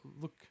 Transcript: look